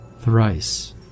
Thrice